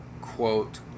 quote